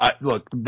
look